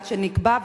עד שנקבע,